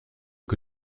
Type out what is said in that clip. que